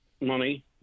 money